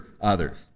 others